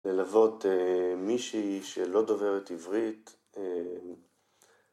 ‫ללוות אה... מישהי שלא דוברת עברית. אה...